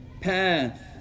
path